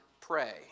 pray